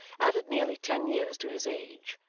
added nearly ten years to his age,